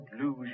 lose